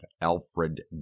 Alfred